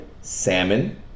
salmon